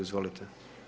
Izvolite.